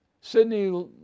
Sydney